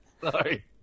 Sorry